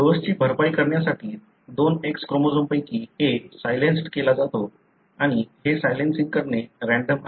डोसची भरपाई करण्यासाठी दोन X क्रोमोझोमपैकी एक सायलेन्सड केला जातो आणि हे सायलेनसिंग करणे रँडम आहे